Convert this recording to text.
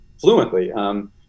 fluently